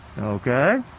Okay